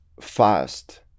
fast